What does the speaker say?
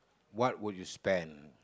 what would you spend